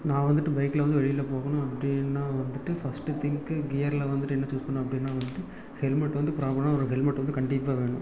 நான் வந்துட்டு பைக்ல வந்து வெளியில் போகணும் அப்படின்னா வந்துட்டு ஃபஸ்ட்டு திங்க்கு கியர்ல வந்துட்டு என்ன சூஸ் பண்ணுவேன் அப்படின்னா வந்துட்டு ஹெல்மெட் வந்து ப்ராப்பராக ஒரு ஹெல்மெட் வந்து கண்டிப்பாக வேணும்